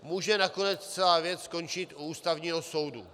Může nakonec celá věc skončit u Ústavního soudu.